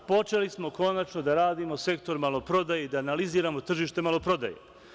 Počeli smo konačno da radimo sektor maloprodaje i da analiziramo tržište maloprodaje.